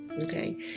okay